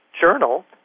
journal